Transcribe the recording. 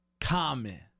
Common